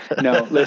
No